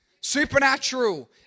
Supernatural